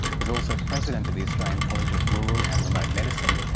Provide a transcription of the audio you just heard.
he's also president of the australian college of rural and remote medicine.